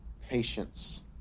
patience